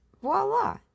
Voila